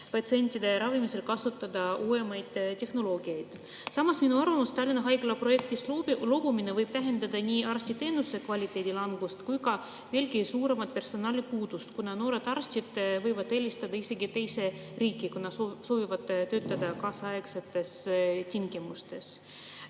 patsientide ravimisel kasutada uuemaid tehnoloogiaid. Samas, minu arvates, Tallinna Haigla projektist loobumine võib tähendada nii arstiteenuse kvaliteedi langust kui ka veelgi suuremat personalipuudust, kuna noored arstid võivad eelistada isegi teist riiki, sest soovivad töötada kaasaegsetes tingimustes.